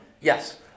Yes